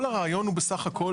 כל הרעיון הוא בסך הכל,